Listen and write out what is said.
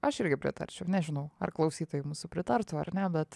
aš irgi pritarčiau nežinau ar klausytojai mūsų pritartų ar ne bet